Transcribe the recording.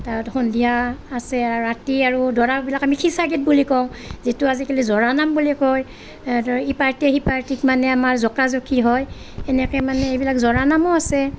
তাৰ সন্ধিয়া আছে আৰু ৰাতি আৰু দৰাৰ বিলাক আমি খিচা গীত বুলি কওঁ যিটো আজিকালি জোৰা নাম নাম বুলি কয় ইপাৰ্টিয়ে সিপাৰ্টিক মানে আমাৰ জোকোৱা জুকি হয় এনেকে মানে এইবিলাক জোৰা নামো আছে